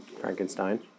Frankenstein